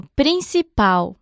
principal